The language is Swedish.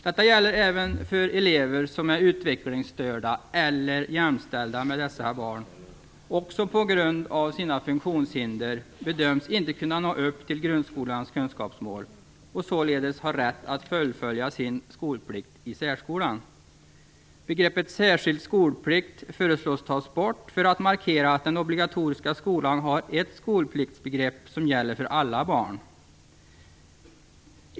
Detta gäller även för elever som är utvecklingsstörda eller jämställda med dessa barn och som på grund av sina funktionshinder bedöms inte kunna nå upp till grundskolans kunskapsmål och således har rätt att fullfölja sin skolplikt i särskolan. Begreppet "särskild skolplikt" föreslås tas bort, för att markera att den obligatoriska skolan har ett skolpliktsbegrepp som gäller för alla barn.